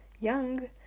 young